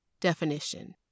Definition